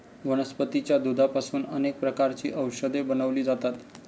वनस्पतीच्या दुधापासून अनेक प्रकारची औषधे बनवली जातात